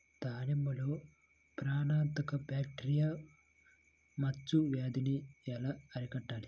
దానిమ్మలో ప్రాణాంతక బ్యాక్టీరియా మచ్చ వ్యాధినీ ఎలా అరికట్టాలి?